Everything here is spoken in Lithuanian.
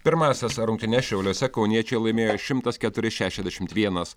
pirmąsias rungtynes šiauliuose kauniečiai laimėjo šimtas keturi šešiasdešimt vienas